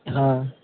हँ